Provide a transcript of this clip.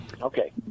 Okay